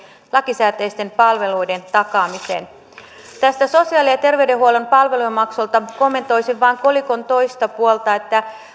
lakisääteisten palveluiden takaamiseen näistä sosiaali ja terveydenhuollon palvelumaksuista kommentoisin vain kolikon toista puolta